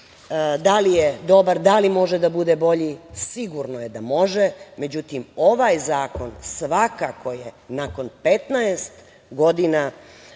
li je dobar? Da li može da bude bolje? Sigurno je da može, međutim ovaj zakon svakako je, nakon 15 godina,